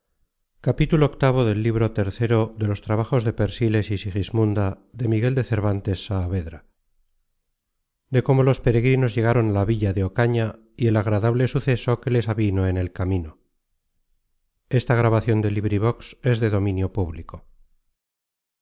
de cómo los peregrinos llegaron a la villa de ocaña y el agradable suceso que les avino en el camino